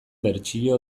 bertsio